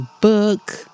book